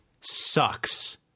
Sucks